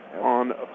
on